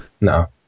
No